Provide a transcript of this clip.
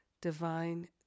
divine